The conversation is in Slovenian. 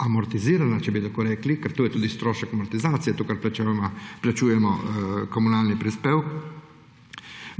amortizirana, če bi tako rekli, ker to je tudi strošek amortizacije, to, kar plačujemo kot komunalni prispevek,